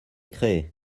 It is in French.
créé